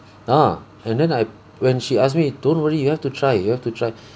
ah and then I when she ask me don't worry you have to try you have to try